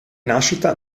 nascita